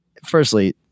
Firstly